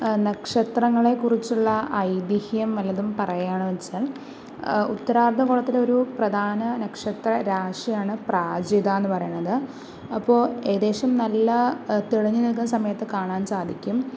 നക്ഷത്രങ്ങളെ കുറിച്ചുള്ള ഐതീഹ്യം വല്ലതും പറയുക എന്ന് വെച്ചാ ഉത്തരാത്ത കൊടത്തിലെ പ്രധാന നക്ഷത്രരാശിയാണ് പ്രാജിത എന്ന് പറയുന്നത് അപ്പോൾ ഏകദേശം നല്ല തിളങ്ങി നിൽക്കുന്ന സമയത് കാണാൻ സാധിക്കും